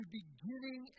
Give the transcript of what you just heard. beginning